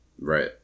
Right